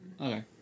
Okay